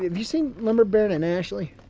you seen lumber baron and ashley?